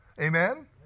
Amen